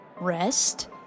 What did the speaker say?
rest